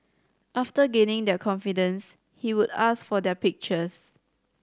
after gaining their confidence he would ask for their pictures